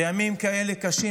בימים כאלה קשים,